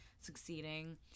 succeeding